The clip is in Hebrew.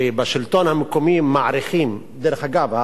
שבשלטון המקומי מעריכים דרך אגב,